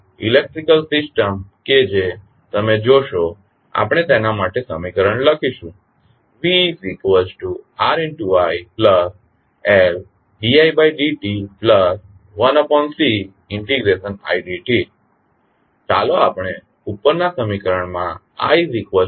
તેથી electrical system કે જે તમે જોશો આપણે તેના માટે સમીકરણ લખીશું VRiLd id t1Cidt ચાલો આપણે ઉપરના સમીકરણમાં id qd tમૂકીએ